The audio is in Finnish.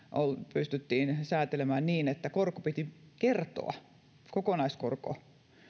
pystyttiin sääntelemään niin että korko piti kertoa kokonaiskorko